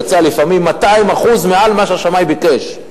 יצא לפעמים 200% מעל מה שהשמאי ביקש,